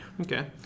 Okay